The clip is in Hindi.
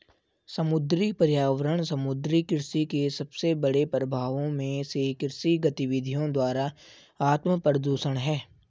समुद्री पर्यावरण समुद्री कृषि के सबसे बड़े प्रभावों में से कृषि गतिविधियों द्वारा आत्मप्रदूषण है